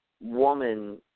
woman